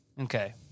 Okay